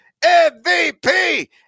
MVP